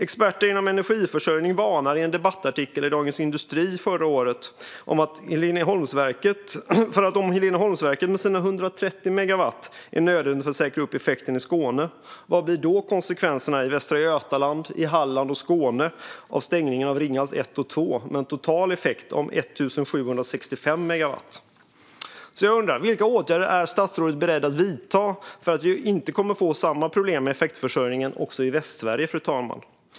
Experter inom energiförsörjning varnade i en debattartikel i Dagens industri förra året för vilka konsekvenserna blir i Västra Götaland, Halland och Skåne av stängningar av Ringhals 1 och 2, med en total effekt om 1 765 megawatt, om Heleneholmsverket med sina 130 megawatt är nödvändigt för att säkra effekten i Skåne. Jag undrar: Vilka åtgärder är statsrådet beredd att vidta för att vi inte ska få samma problem med effektförsörjningen också i Västsverige?